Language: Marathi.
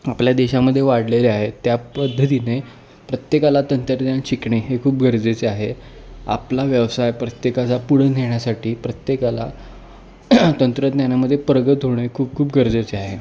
आपल्या देशामध्ये वाढलेले आहेत त्या पद्धतीने प्रत्येकाला तंत्रज्ञान शिकणे हे खूप गरजेचे आहे आपला व्यवसाय प्रत्येकाचा पुढे येेण्यासाठी प्रत्येकाला तंत्रज्ञानामध्ये पारंगत होणे खूप खूप गरजेचे आहे